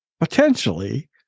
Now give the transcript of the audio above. potentially